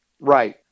Right